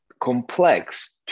complex